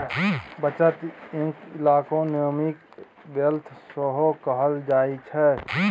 बचत केँ economic wealth सेहो कहल जाइ छै